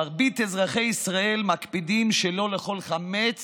מרבית אזרחי ישראל מקפידים שלא לאכול חמץ